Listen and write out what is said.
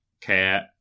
cat